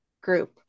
group